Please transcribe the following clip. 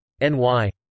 NY